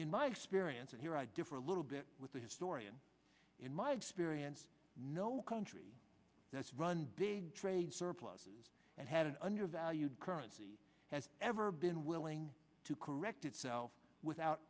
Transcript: in my experience and here i differ a little bit with the historian in my experience no country that's run big trade surpluses and had an undervalued currency has ever been willing to correct itself without